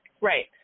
Right